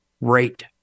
rate